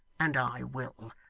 and i will.